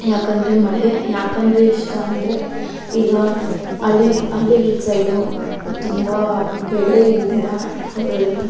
ಏಕೆಂದ್ರೆ ಮಳೆ ಏಕೆಂದ್ರೆ ಇಷ್ಟ ಅಂದರೆ ಈಗ ಹಳ್ಳಿಗ್ಳು ಹಳ್ಳಿಗ್ಳ ಸೈಡು ತುಂಬ ಬೆಳೆ ಇಲ್ಲದಿರ ಅವರೆಲ್ಲ